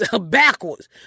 backwards